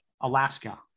Alaska